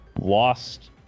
lost